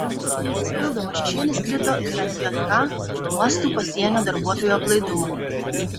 papildomas šešėlis krito ir ant jk uostų pasienio darbuotojų aplaidumo